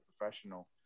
professional